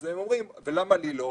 אז הם אומרים: ולמה לי לא?